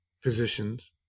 physicians